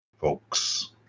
Folks